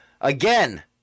Again